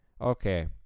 Okay